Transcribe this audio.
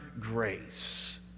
grace